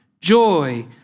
joy